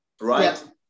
right